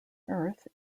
earth